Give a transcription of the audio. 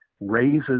raises